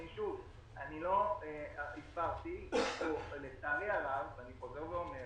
שוב, אני הסברתי, לצערי הרב אני חוזר ואומר